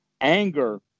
anger